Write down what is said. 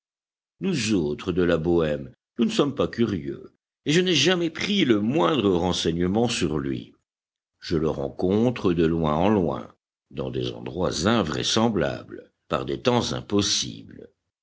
nous autres de la bohème nous ne sommes pas curieux et je n'ai jamais pris le moindre renseignement sur lui je le rencontre de loin en loin dans des endroits invraisemblables par des temps impossibles